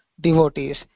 devotees